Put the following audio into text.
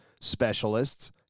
specialists